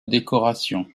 décorations